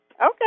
Okay